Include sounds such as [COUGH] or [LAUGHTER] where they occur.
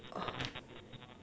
[NOISE]